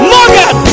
Morgan